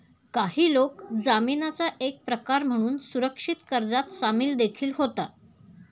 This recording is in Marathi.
काही लोक जामीनाचा एक प्रकार म्हणून सुरक्षित कर्जात सामील देखील होतात